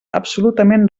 absolutament